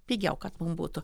pigiau kad mum būtų